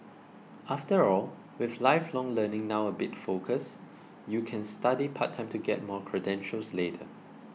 after all with lifelong learning now a big focus you can study part time to get more credentials later